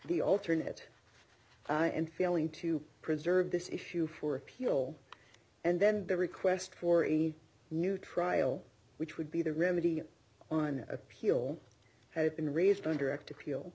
the alternate and failing to preserve this issue for appeal and then the request for a new trial which would be the remedy on appeal have been raised on direct appeal